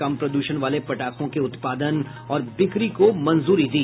कम प्रदूषण वाले पटाखों के उत्पादन और बिक्री को मंजूरी दी